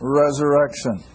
resurrection